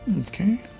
Okay